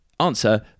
Answer